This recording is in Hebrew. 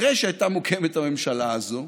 אחרי שהייתה מוקמת הממשלה הזאת,